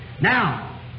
Now